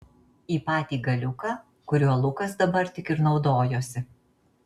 į patį galiuką kuriuo lukas dabar tik ir naudojosi